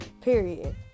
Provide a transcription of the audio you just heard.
period